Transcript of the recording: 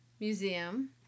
museum